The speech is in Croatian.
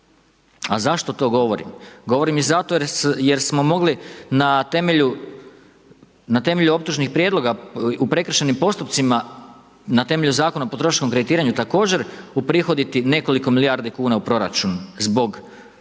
Zašto to govorim? Govorim zato jer smo mogli na temelju optužnih prijedloga u prekršajnim postupcima na temelju zakona o potrošačkom kreditiranju također uprihoditi nekoliko milijardi kuna u proračun zbog nezakonitog